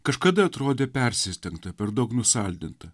kažkada atrodė persistengta per daug nusaldinta